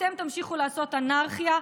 ואתם תמשיכו לעשות אנרכיה,